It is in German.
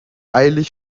eilig